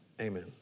Amen